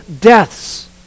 deaths